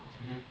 mmhmm